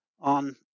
on